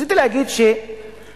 רציתי להגיד שהמדינה,